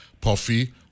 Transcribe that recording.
puffy